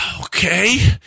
Okay